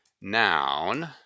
noun